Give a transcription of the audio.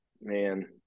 man